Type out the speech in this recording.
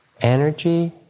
Energy